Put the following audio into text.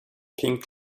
pink